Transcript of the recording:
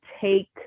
take